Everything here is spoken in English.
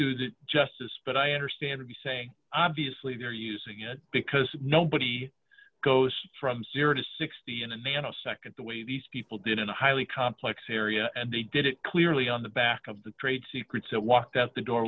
that justice but i understand you say obviously they're using it because nobody goes from zero to sixty in a nanosecond the way these people did in a highly complex area and they did it clearly on the back of the trade secrets that walked out the door